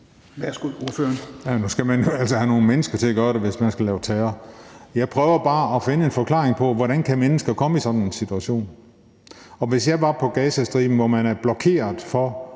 Juhl (EL): Man skal jo altså have nogle mennesker til at gøre det, hvis man skal lave terror. Jeg prøver bare at finde en forklaring på, hvordan mennesker kan komme i sådan en situation. Og hvis jeg var i Gazastriben, hvor man har blokeret for